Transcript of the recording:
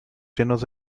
llenos